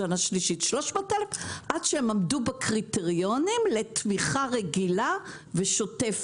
בשנה השלישית 300 אלף עד שהם עמדו בקריטריונים לתמיכה רגילה ושוטפת.